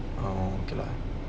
orh okay lah